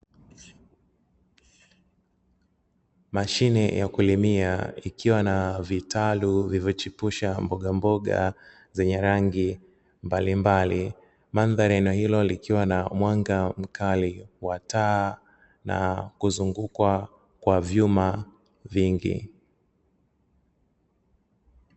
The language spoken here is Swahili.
Mashine ya kulima ikiwa na vitalu vilivyochipusha mbogamboga zenye rangi mbalimbali. Mandhari ya eneo hilo likiwa na mwanga mkali wa taa na kuzungukwa kwa vyuma vingi.